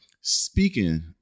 Speaking